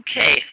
Okay